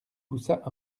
poussa